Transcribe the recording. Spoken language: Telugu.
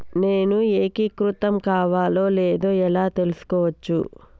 నేను ఏకీకృతం కావాలో లేదో ఎలా తెలుసుకోవచ్చు?